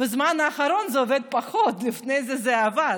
בזמן האחרון זה עובד פחות, לפני זה, זה עבד.